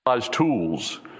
tools